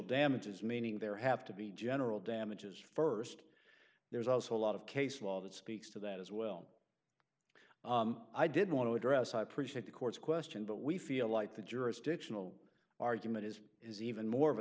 damages meaning there have to be general damages first there's also a lot of case law that speaks to that as well i did want to address i appreciate the court's question but we feel like the jurisdictional argument is is even more of a